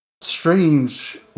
strange